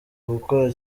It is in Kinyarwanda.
gukora